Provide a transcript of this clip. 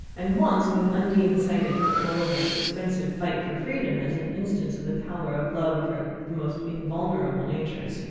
and once, when undine cited rolliver's expensive fight for freedom as an instance of the power of love over the most invulnerable natures,